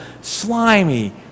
slimy